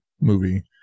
movie